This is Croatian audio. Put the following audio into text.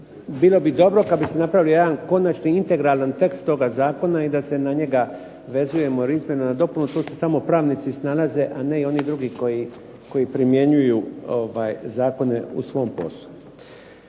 bilo bi dobro da se napravi jedan konačni integralni tekst toga zakona jer da se na njega dovezujemo. Jer ... na dopunu tu se samo pravnici snalaze, a ne i oni drugi koji primjenjuju zakone u svom poslu.